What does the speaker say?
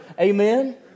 Amen